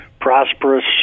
prosperous